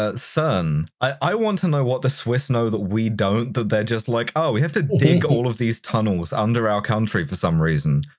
ah, cern, i want to know what the swiss know that we don't that they're just, like, ah, we have to dig all of these tunnels under our country for some reason.